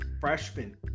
Freshman